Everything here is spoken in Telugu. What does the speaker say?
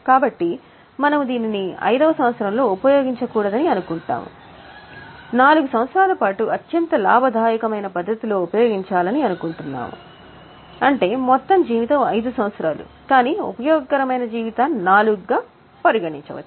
కాబట్టి మనము దీనిని 5 వ సంవత్సరంలో ఉపయోగించకూడదనుకుంటాము 4 సంవత్సరాల పాటు అత్యంత లాభదాయకమైన పద్ధతిలో ఉపయోగించాలనుకుంటున్నాము అంటే మొత్తం జీవితం 5 సంవత్సరాలు కానీ ఉపయోగకరమైన జీవితాన్ని 4 గా పరిగణించవచ్చు